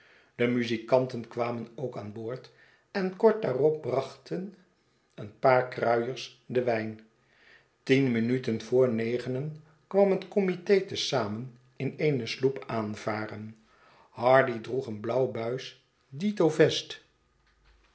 de muzikanten kwamen ook aan boord en kort daarop brachten een paar kruiers den wijn tien minuten voor negenen kwam het committe te zamen in eene sloep aanvaren hardy droeg een blauw buis dito vest